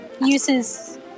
uses